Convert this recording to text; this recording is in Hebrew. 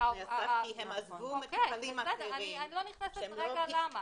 אני לא נכנסת כרגע למה.